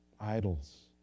idols